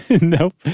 Nope